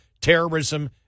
terrorism